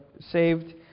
saved